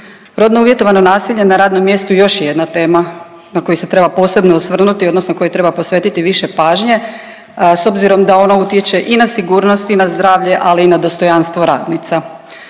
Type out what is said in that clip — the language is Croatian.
Rodno uvjetovano nasilje na radnom mjestu još je jedna tema na koju se treba posebno osvrnuti odnosno kojoj treba posvetiti više pažnje s obzirom da ona utječe i na sigurnost i na zdravlje, ali i na dostojanstvo radnice.